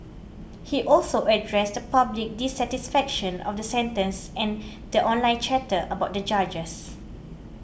he also addressed the public dissatisfaction of the sentences and the online chatter about the judges